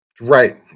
Right